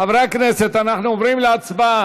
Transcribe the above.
חברי הכנסת, אנחנו עוברים להצבעה.